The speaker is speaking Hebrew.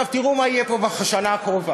עכשיו תראו מה יהיה פה בשנה הקרובה: